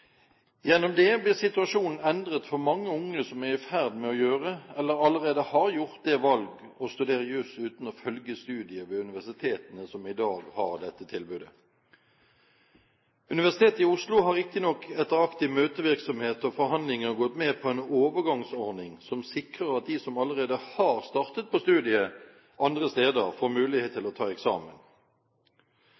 Gjennom det blir situasjonen endret for mange unge som er i ferd med å gjøre, eller allerede har gjort, det valg å studere jus uten å følge studiet ved universitetene som i dag har dette tilbudet. Universitetet i Oslo har riktignok etter aktiv møtevirksomhet og forhandlinger gått med på en overgangsordning som sikrer at de som allerede har startet på studiet andre steder, får mulighet til